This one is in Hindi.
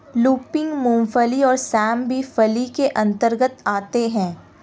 लूपिन, मूंगफली और सेम भी फली के अंतर्गत आते हैं